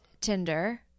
Tinder